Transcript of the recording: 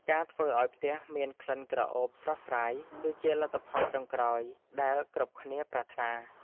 ការធ្វើឱ្យផ្ទះមានក្លិនក្រអូបស្រស់ស្រាយ គឺជាលទ្ធផលចុងក្រោយដែលគ្រប់គ្នាប្រាថ្នា។